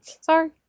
Sorry